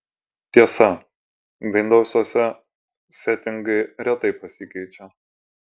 tiesa vindousuose setingai retai pasikeičia